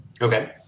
okay